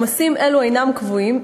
עומסים אלה אינם קבועים,